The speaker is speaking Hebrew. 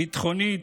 ביטחונית,